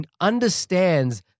understands